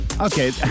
Okay